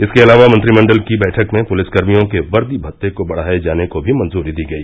इसके अलावा मंत्रिमंडल की बैठक में पुलिस कर्मियों के वर्दी भत्ते को बढ़ाये जाने को भी मंजूरी दी गई